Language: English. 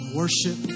worship